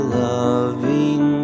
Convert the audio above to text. loving